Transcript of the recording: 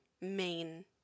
main